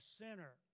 sinner